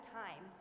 time